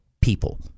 people